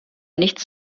nichts